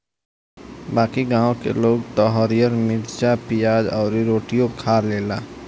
बाकी गांव के लोग त हरिहर मारीचा, पियाज अउरी रोटियो खा लेला